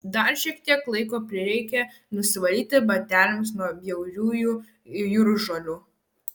dar šiek tiek laiko prireikė nusivalyti bateliams nuo bjauriųjų jūržolių